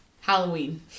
halloween